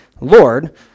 Lord